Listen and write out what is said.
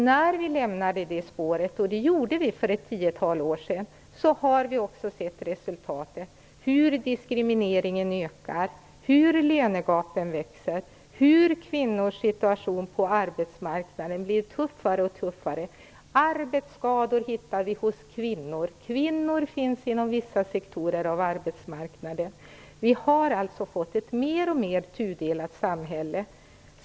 När vi lämnade det spåret - det gjorde vi för ett tiotal år sedan - har vi också sett resultatet: diskrimineringen ökar, lönegapen växer, kvinnors situation på arbetsmarknaden blir allt tuffare, arbetsskador hittar vi hos kvinnor, kvinnor finns inom vissa sektorer av arbetsmarknaden. Vi har alltså fått ett mer och mer tudelat samhälle.